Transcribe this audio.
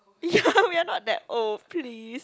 ya we are not that old please